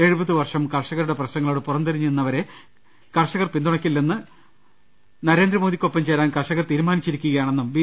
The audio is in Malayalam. എഴുപത് വർഷം കർഷകരുടെ പ്രശ്നങ്ങളോട് പുറംതിരിഞ്ഞുനിന്നവരെ കർഷകരെ പിന്തുണയ്ക്കില്ലെന്നും നരേന്ദ്രമോദിക്കൊപ്പം ചേരാൻ കർഷകർ തീരുമാനിച്ചിരിക്കുകയാണെന്നും ബി